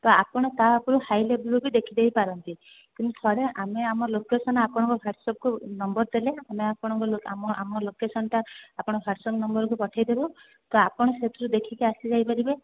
ତ ଆପଣ ତା ଉପରକୁ ହାଇ ଲେବଲ୍ର ବି ଦେଖିଦେଇ ପାରନ୍ତି କିନ୍ତୁ ଥରେ ଆମେ ଆମ ଲୋକେସନ୍ ଆପଣଙ୍କ ହ୍ଵାଟ୍ସଅପ୍କୁ ନମ୍ବର୍ ଦେଲେ ଆମେ ଆପଣଙ୍କ ଆମ ଆମ ଲୋକେସନ୍ଟା ଆପଣ ହ୍ଵାଟ୍ସଅପ୍ ନମ୍ବର୍କୁ ପଠାଇ ଦେବୁ ତ ଆପଣ ସେଥିରୁ ଦେଖିକି ଆସି ଯାଇ ପାରିବେ